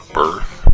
birth